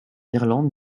irlande